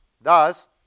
Thus